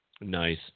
Nice